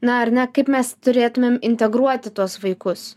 na ar ne kaip mes turėtumėm integruoti tuos vaikus